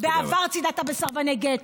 בעבר צידדת בסרבני גט.